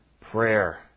Prayer